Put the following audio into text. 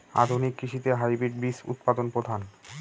আধুনিক কৃষিতে হাইব্রিড বীজ উৎপাদন প্রধান